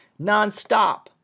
nonstop